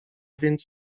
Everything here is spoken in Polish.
więc